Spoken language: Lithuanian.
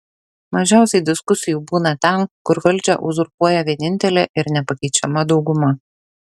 mažiausiai diskusijų būna ten kur valdžią uzurpuoja vienintelė ir nepakeičiama dauguma